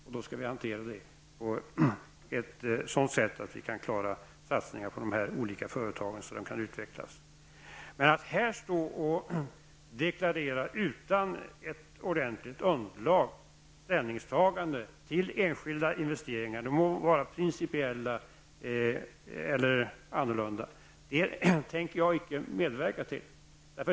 Men det skall vi hantera på ett sådant sätt att vi klarar satsningar på de olika företagens så att dessa kan utvecklas. Men att här, utan att det finns ett ordentligt underlag, deklarera ett ställningstagande beträffande enskilda investeringar -- det må vara principiellt eller på något annat sätt -- är något som jag inte tänker medverka till.